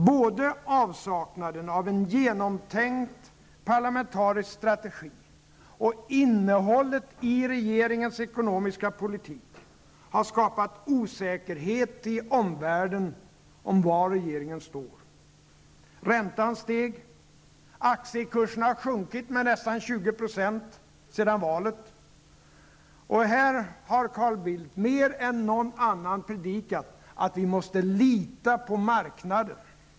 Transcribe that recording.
Både avsaknaden av en genomtänkt parlamentarisk strategi och innehållet i regeringens ekonomiska politik har skapat osäkerhet i omvärlden om var regeringen står. Räntan steg. Aktiekurserna har sjunkit med nästan 20 % sedan valet. Här har Carl Bildt, mer än någon annan, predikat att vi måste lita på marknaden.